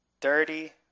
dirty